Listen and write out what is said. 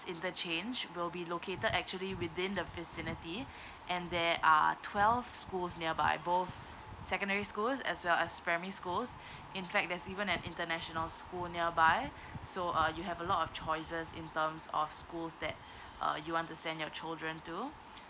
interchange will be located actually within the vicinity and there are twelve schools nearby both secondary schools as well as primary schools in fact there's even an international school nearby so uh you have a lot of choices in terms of schools that uh you want to send your children to